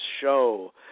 show